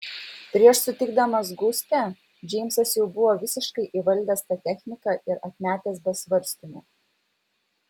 prieš sutikdamas gustę džeimsas jau buvo visiškai įvaldęs tą techniką ir atmetęs be svarstymų